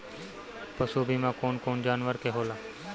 पशु बीमा कौन कौन जानवर के होला?